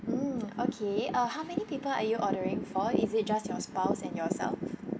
mm okay uh how many people are you ordering for is it just your spouse and yourself